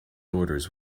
orders